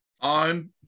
on